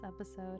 episode